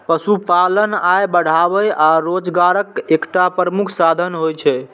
पशुपालन आय बढ़ाबै आ रोजगारक एकटा प्रमुख साधन होइ छै